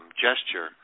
gesture